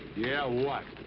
yeah what?